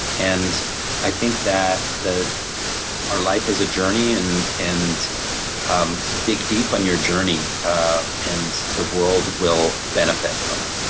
and i think that our life is a journey, and and um to dig deep on your journey and the world will benefit from it.